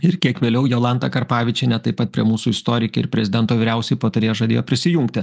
ir kiek vėliau jolanta karpavičienė taip pat prie mūsų istorikė ir prezidento vyriausioji patarėja žadėjo prisijungti